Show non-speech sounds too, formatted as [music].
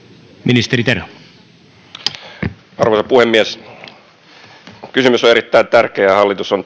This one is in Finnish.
arvoisa puhemies kysymys on erittäin tärkeä ja hallitus on [unintelligible]